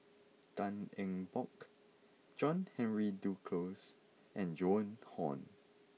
Tan Eng Bock John Henry Duclos and Joan Hon